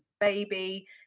baby